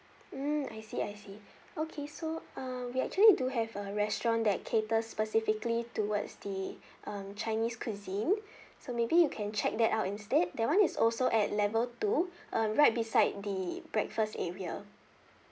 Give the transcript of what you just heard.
mm I see I see okay so uh we actually do have a restaurant that cater specifically towards the um chinese cuisine so maybe you can check that out instead that [one] is also at level two um right beside the breakfast area